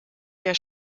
der